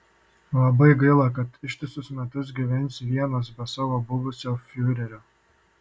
labai gaila kad ištisus metus gyvensi vienas be savo buvusio fiurerio